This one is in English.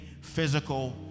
physical